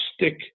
stick